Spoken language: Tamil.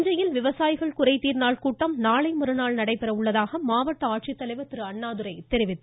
தஞ்சையில் விவசாயிகள் குறைதீர் நாள் கூட்டம் நாளை மறுநாள் நடைபெற உள்ளதாக மாவட்ட ஆட்சித்தலைவர் திரு அண்ணாதுரை தெரிவித்துள்ளார்